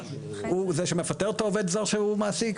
הוא זה שמפטר את העובד הזר שהוא מעסיק,